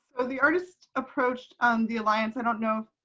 the artists approached on the alliance, i don't know,